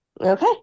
Okay